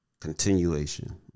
Continuation